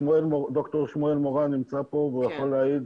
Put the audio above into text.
ד"ר שמואל מורן נמצא פה והוא יכול להעיד,